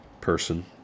person